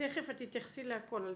תיכף את תייחסי לכול.